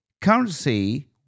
Currency